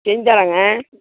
செஞ்சு தர்றேங்க